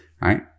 right